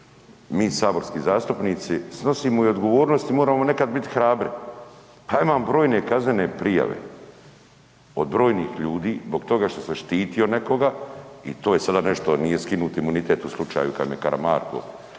mi saborski zastupnici snosimo i odgovornost i moramo nekada biti hrabri. Ja imam brojne kaznene prijave, od brojnih ljudi zbog toga što sam štitio nekoga i to je sada nešto nije skinut imunitet u slučaju kad me Karamarko